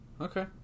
Okay